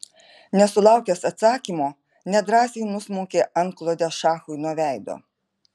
nesulaukęs atsakymo nedrąsiai nusmaukė antklodę šachui nuo veido